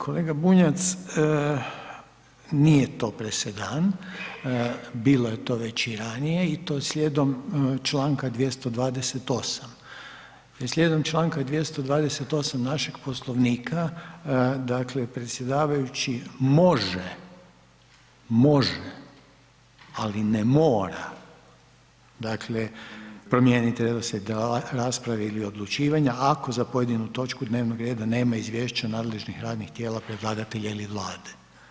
Kolega Bunjac, nije to presedan, bilo je to već i ranije i to slijedom čl. 228., slijedom čl. 228. našeg Poslovnika, dakle, predsjedavajući može, može, ali ne mora, dakle, promijeniti redoslijed rasprave ili odlučivanja ako za pojedinu točku dnevnog reda nema izvješća nadležnih radnih tijela predlagatelja ili Vlade.